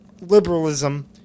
liberalism